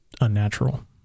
unnatural